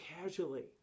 casually